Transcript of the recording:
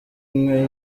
inka